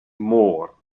moor